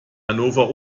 hannover